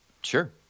Sure